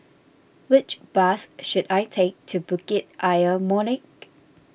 which bus should I take to Bukit Ayer Molek